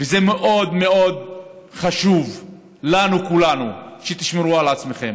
וזה מאוד מאוד חשוב לנו, כולנו, שתשמרו על עצמכם,